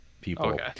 people